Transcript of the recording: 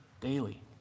daily